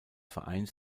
vereines